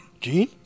Gene